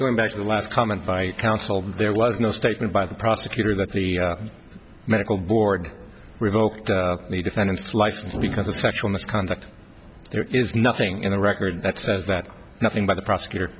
go back to the last comment by counsel there was no statement by the prosecutor that the medical board revoked the defendant's license because of sexual misconduct there is nothing in the record that says that nothing by the prosecutor